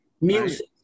music